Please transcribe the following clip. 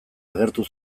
agertu